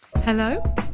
Hello